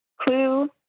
Clue